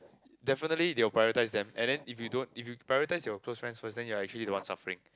definitely you will prioritize them and then if you don't if you prioritize your close friends first then you are actually the one suffering